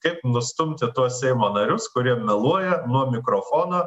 kaip nustumti tuos seimo narius kurie meluoja nuo mikrofono